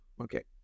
Okay